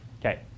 okay